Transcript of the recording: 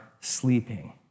sleeping